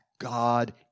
God